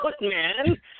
man